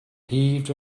heaved